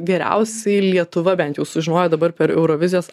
geriausiai lietuva bent jau sužinojo dabar per eurovizijos